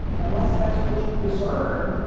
unless that's what you discern